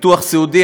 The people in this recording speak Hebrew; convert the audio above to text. ביטוח סיעודי,